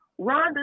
Rhonda